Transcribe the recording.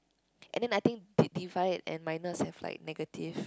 and then I think they divided and minus have like negative